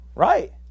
Right